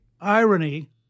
irony